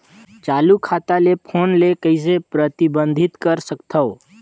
चालू खाता ले फोन ले कइसे प्रतिबंधित कर सकथव?